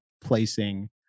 placing